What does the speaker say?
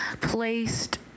placed